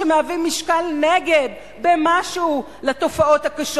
שמהווים משקל נגד במשהו לתופעות הקשות